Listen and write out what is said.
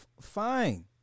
Fine